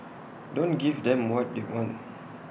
don't give them what they want